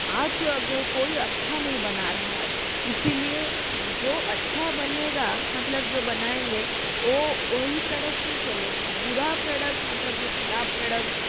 आज अगर कोई अच्छा नहीं बना रहा है इसलिए जो अच्छा बनेगा मतलब जो बनाएंगे ओ वही प्रडक्ट ही चलेगा बुरा प्रडक्ट मतलब जो खराब प्रडक्ट